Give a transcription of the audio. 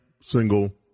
single